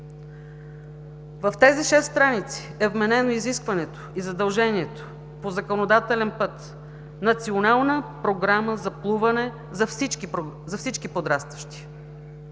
В тези шест страници е вменено изискването и задължението по законодателен път – Национална програма за плуване за всички подрастващи.